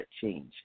change